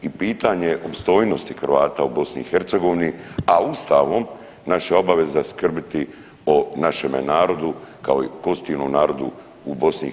I pitanje opstojnosti Hrvata u BiH, a Ustavom naša je obaveza skrbiti o našeme narodu kao i konstitutivnom narodu u BiH.